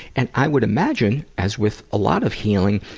and i would imagine, as with a lot of healing,